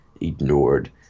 ignored